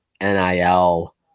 NIL